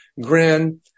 grin